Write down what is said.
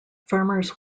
farmers